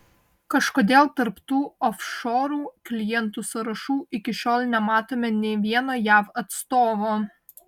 kažkodėl tarp tų ofšorų klientų sąrašų iki šiol nematome nė vieno jav atstovo